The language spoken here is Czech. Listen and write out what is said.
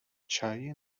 čaj